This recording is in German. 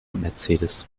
mercedes